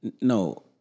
No